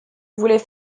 voulait